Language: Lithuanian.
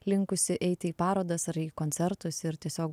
linkusi eiti į parodas ar į koncertus ir tiesiog